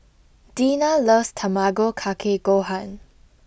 Dina loves Tamago Kake Gohan